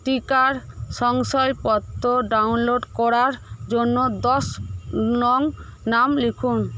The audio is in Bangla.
টিকার শংসযাপত্র ডাউনলোড করার জন্য দশ নং নাম লিখুন